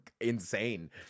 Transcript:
insane